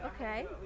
Okay